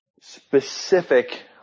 specific